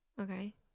okay